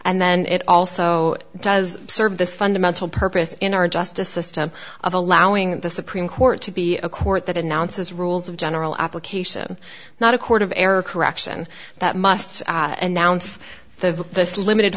and then it also does serve this fundamental purpose in our justice system of allowing the supreme court to be a court that announces rules of general application not a court of error correction that must announce the limited